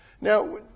Now